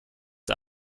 der